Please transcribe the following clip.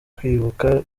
kwibuka